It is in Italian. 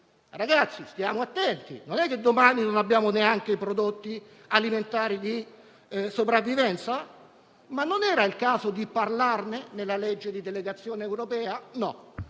ragazzi, stiamo attenti; non è che domani non abbiamo neanche i prodotti alimentari di sopravvivenza? Non era il caso di parlarne nella legge di delegazione europea? No,